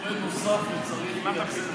כל רגע יש חולה נוסף וצריך לייצר את הקיזוזים.